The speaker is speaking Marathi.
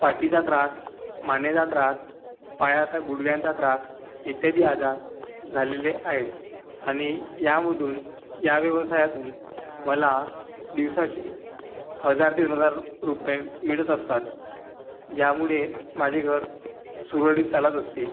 पाठीचा त्रास मानेचा त्रास पायाचा गुडघ्यांचा त्रास इत्यादी आजार झालेले आहेत आणि यामधून या व्यवसायातून मला दिवसाचे हजार ते दोन हजार रुपये मिळत असतात ज्यामुळे माझे घर सुरळीत चालत असते